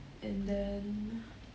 and then